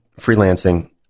freelancing